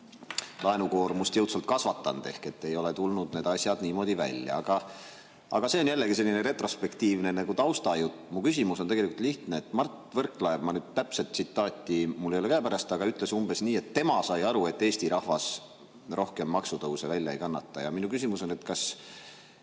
laenukoormust jõudsalt kasvatanud, ehk ei ole tulnud need asjad niimoodi välja. Aga see on jällegi selline retrospektiivne taustajutt. Mu küsimus on tegelikult lihtne. Mart Võrklaev ütles – täpset tsitaati mul ei ole käepärast – umbes nii, et tema sai aru, et Eesti rahvas rohkem maksutõuse välja ei kannata. Ja minu küsimus on, kas